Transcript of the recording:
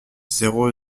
zéro